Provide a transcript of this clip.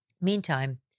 Meantime